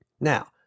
Now